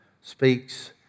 speaks